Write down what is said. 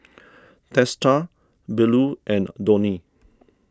Teesta Bellur and Dhoni